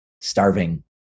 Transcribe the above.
starving